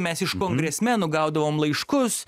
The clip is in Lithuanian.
mes iš kongresmenų gaudavom laiškus